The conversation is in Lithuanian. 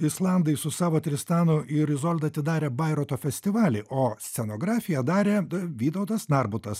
islandai su savo tristanu ir izolda atidarė bairoito festivalį o scenografiją darė vytautas narbutas